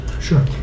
Sure